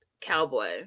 cowboy